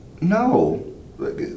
No